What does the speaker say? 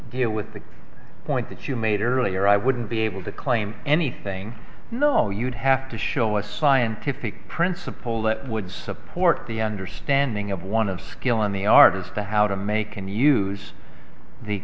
deal with the point that you made earlier i wouldn't be able to claim anything no you'd have to show a scientific principle that would support the understanding of one of skill in the art as to how to make and use the